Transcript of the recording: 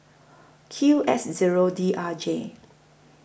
Q X Zero D R J